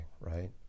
right